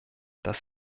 das